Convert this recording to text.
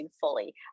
fully